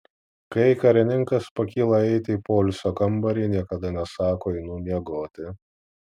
kai karininkas pakyla eiti į poilsio kambarį niekada nesako einu miegoti